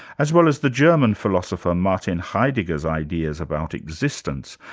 as well as the german philosopher, martin heidegger's ideas about existence,